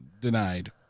denied